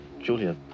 Julia